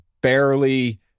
barely